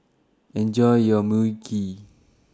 Enjoy your Mui Kee